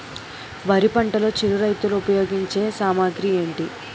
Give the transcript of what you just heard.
వరి పంటలో చిరు రైతులు ఉపయోగించే సామాగ్రి ఏంటి?